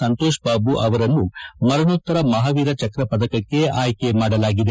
ಸಂತೋಷ್ ಬಾಬು ಅವರನ್ನು ಮರಣೋತ್ತರ ಮಹಾವೀರ ಚಕ್ಕೆ ಪದಕಕ್ಕೆ ಆಯ್ಲೆ ಮಾಡಲಾಗಿದೆ